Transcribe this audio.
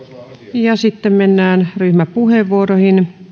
ja sitten mennään ryhmäpuheenvuoroihin